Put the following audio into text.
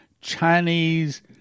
Chinese